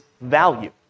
value